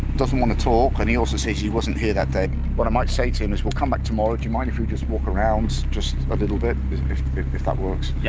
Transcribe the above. doesn't want to talk and he also says he wasn't here that day. what i might say to him is we'll come back tomorrow? do you mind if we just walk around just a little bit if that works? yeah.